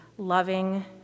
loving